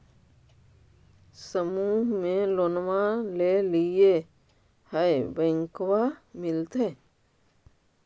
समुह मे लोनवा लेलिऐ है बैंकवा मिलतै?